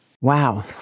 Wow